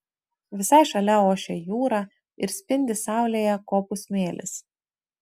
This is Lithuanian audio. visai šalia ošia jūra ir spindi saulėje kopų smėlis